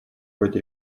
быть